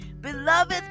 Beloved